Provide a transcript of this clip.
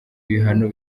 ibihano